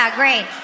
great